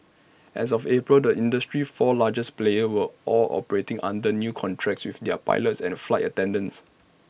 as of April the industry's four largest players were all operating under new contracts with their pilots and flight attendants